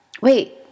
Wait